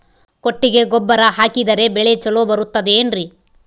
ಕೊಟ್ಟಿಗೆ ಗೊಬ್ಬರ ಹಾಕಿದರೆ ಬೆಳೆ ಚೊಲೊ ಬರುತ್ತದೆ ಏನ್ರಿ?